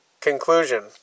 Conclusion